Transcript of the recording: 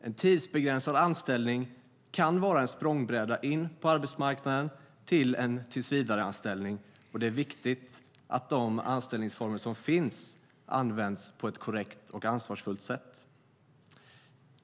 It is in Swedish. En tidsbegränsad anställning kan vara en språngbräda in på arbetsmarknaden till en tillsvidareanställning. Det är viktigt att de anställningsformer som finns används på ett korrekt och ansvarsfullt sätt.